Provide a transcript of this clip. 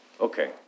okay